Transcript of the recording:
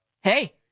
Hey